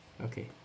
okay